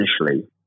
initially